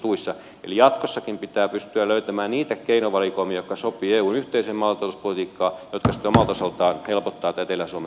eli jatkossakin pitää pystyä löytämään niitä keinovalikoimia jotka sopivat eun yhteiseen maatalouspolitiikkaan ja jotka sitten omalta osaltaan helpottavat tätä etelä suomen tilannetta